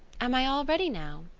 am i all ready now?